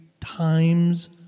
times